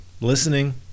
Listening